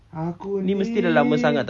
aku ni